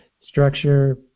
Structure